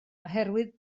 oherwydd